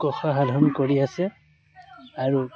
সাধন কৰি আছে আৰু